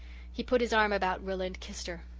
he put his arm about rilla and kissed her.